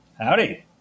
Howdy